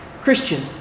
christian